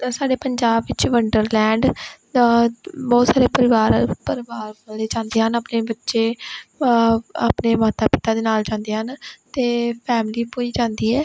ਅ ਸਾਡੇ ਪੰਜਾਬ ਵਿੱਚ ਵੰਡਰਲੈਂਡ ਬਹੁਤ ਸਾਰੇ ਪਰਿਵਾਰ ਪਰਿਵਾਰ ਵਾਲੇ ਜਾਂਦੇ ਹਨ ਆਪਣੇ ਬੱਚੇ ਆਪਣੇ ਮਾਤਾ ਪਿਤਾ ਦੇ ਨਾਲ ਜਾਂਦੇ ਹਨ ਅਤੇ ਫੈਮਲੀ ਪੂਰੀ ਜਾਂਦੀ ਹੈ